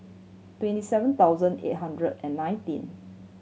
twenty seven thousand eight hundred and nineteen